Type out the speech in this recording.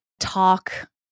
talk